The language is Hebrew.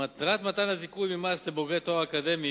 מטרת מתן הזיכוי ממס לבוגרי תואר אקדמי